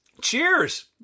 Cheers